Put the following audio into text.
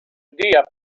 dia